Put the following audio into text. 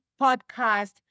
Podcast